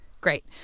Great